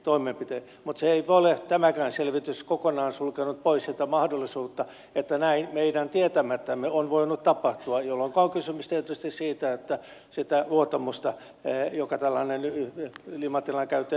mutta tämäkään selvitys ei ole kokonaan sulkenut pois sitä mahdollisuutta että näin meidän tietämättämme on voinut tapahtua jolloinka on kysymys tietysti siitä että sitä luottamusta jota tällainen ilmatilan käyttö edellyttää on väärinkäytetty